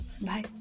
Bye